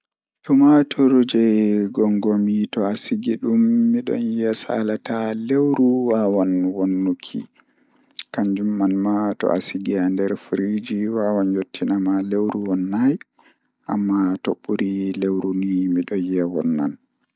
Ko ɗumɗi waɗɗi, sukaaɗe tomato ɗiɗi foti njammugo e nder banko koyɗum ndiyam walla naatugo fiildeeji har lewruɗi. Mbele ko tokkugo fiildeeji, ko ndiyam, ko waɗɗi loowdi jonde. Tiiɗii kono, sukaagu ɗum foti ndiyam haali so waɗii kuudunnde, ɓe njama.